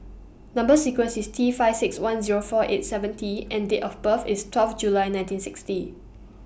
Number sequence IS T five six one Zero four eight seven T and Date of birth IS twelve July nineteen sixty